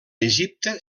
egipte